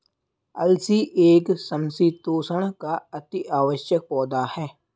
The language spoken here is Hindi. अलसी एक समशीतोष्ण का अति आवश्यक पौधा है